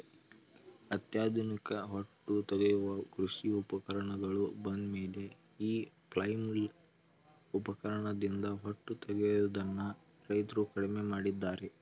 ಅತ್ಯಾಧುನಿಕ ಹೊಟ್ಟು ತೆಗೆಯುವ ಕೃಷಿ ಉಪಕರಣಗಳು ಬಂದಮೇಲೆ ಈ ಫ್ಲೈಲ್ ಉಪಕರಣದಿಂದ ಹೊಟ್ಟು ತೆಗೆಯದನ್ನು ರೈತ್ರು ಕಡಿಮೆ ಮಾಡಿದ್ದಾರೆ